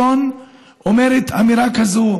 אומרת אמירה כזאת.